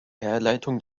herleitung